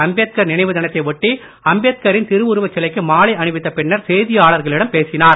அம்பேத்கார் நினைவு தினத்தை ஒட்டி அம்பேத்காரின் திருஉருவச் சிலைக்கு மாலை அணிவித்த பின்னர் செய்தியாளர்களிடம் பேசினார்